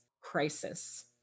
crisis